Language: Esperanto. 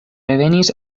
revenis